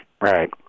Right